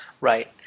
Right